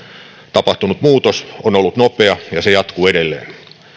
tapahtunut muutos on ollut nopea ja se jatkuu edelleen